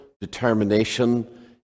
determination